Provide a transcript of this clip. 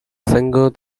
single